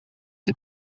the